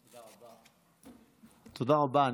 תודה רבה.